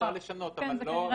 אתם יכולים לקחת על עצמכם.